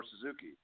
Suzuki